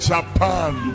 Japan